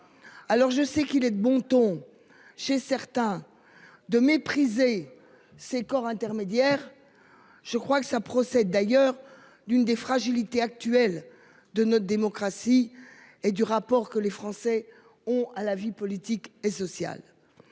Alors je sais qu'il est de bon ton chez certains. De mépriser ces corps intermédiaires. Je crois que ça procède d'ailleurs d'une des fragilités actuelles de notre démocratie. Et du rapport que les Français ont à la vie politique et sociale.